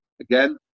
again